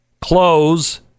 Close